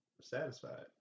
satisfied